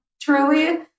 Truly